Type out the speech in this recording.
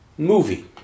movie